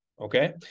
okay